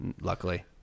Luckily